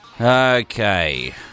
Okay